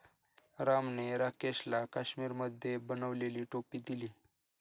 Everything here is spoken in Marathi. रामने राकेशला काश्मिरीमध्ये बनवलेली टोपी दिली